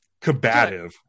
combative